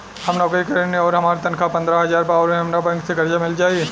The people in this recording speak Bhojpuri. हम नौकरी करेनी आउर हमार तनख़ाह पंद्रह हज़ार बा और हमरा बैंक से कर्जा मिल जायी?